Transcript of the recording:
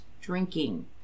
drinking